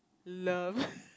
love